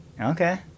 Okay